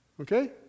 Okay